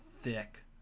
thick